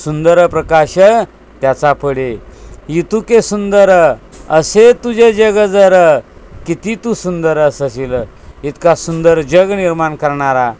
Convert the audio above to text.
सुंदर प्रकाश त्याचा पडे इतुके सुंदर असे तुझे जगं जर किती तू सुंदर असशील इतका सुंदर जग निर्माण करणारा